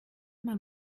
man